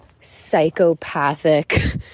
psychopathic